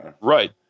Right